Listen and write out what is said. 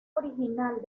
original